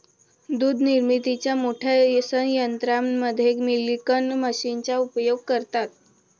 दूध निर्मितीच्या मोठ्या संयंत्रांमध्ये मिल्किंग मशीनचा उपयोग करतात